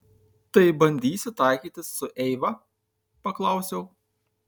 tai bandysi taikytis su eiva paklausiau